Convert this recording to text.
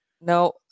No